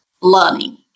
learning